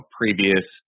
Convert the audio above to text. previous –